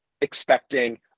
expecting